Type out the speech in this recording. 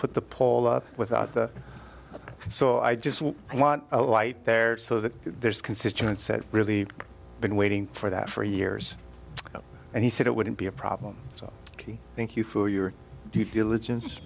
put the pole up without so i just i want a light there so that there's constituents really been waiting for that for years and he said it wouldn't be a problem so thank you for your due diligence